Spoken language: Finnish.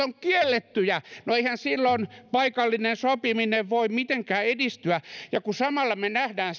ovat kiellettyjä no eihän silloin paikallinen sopiminen voi mitenkään edistyä kun samalla näemme